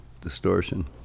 distortion